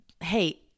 hey